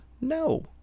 No